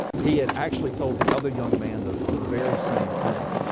he had actually told the other young man the the very same thing.